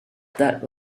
that